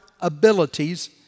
abilities